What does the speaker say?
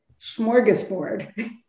smorgasbord